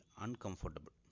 uncomfortable